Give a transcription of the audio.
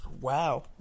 wow